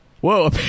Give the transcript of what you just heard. Whoa